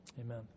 Amen